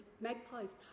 magpie's